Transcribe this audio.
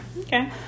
Okay